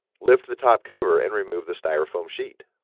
lift the top cover and remove the styrofoam sheet.